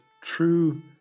true